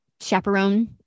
chaperone